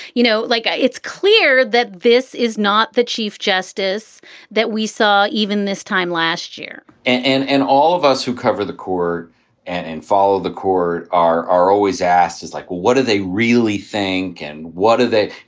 you know, like. ah it's clear that this is not the chief justice that we saw even this time last year and all all of us who cover the court and follow the court are are always asked is like, what do they really think and what do they